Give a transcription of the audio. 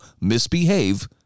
misbehave